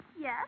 Yes